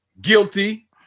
guilty